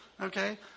Okay